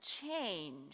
change